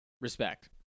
Respect